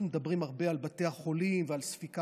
אנחנו מדברים הרבה על בתי החולים ועל ספיקת